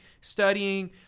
studying